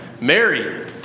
Mary